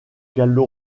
gallo